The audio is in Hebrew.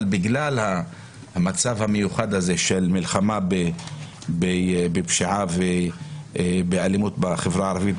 אבל בגלל המצב המיוחד הזה של מלחמה בפשיעה ובאלימות בחברה הערבית,